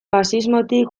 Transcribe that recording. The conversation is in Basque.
faxismotik